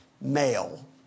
male